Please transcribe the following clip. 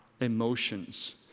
emotions